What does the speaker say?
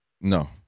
No